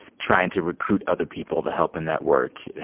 trying to recruit other people to helping that work,